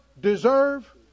Deserve